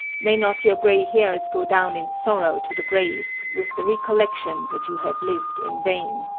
may not your gray hairs go down in sorrow to the grave, with the recollection that you have lived in vain.